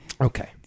okay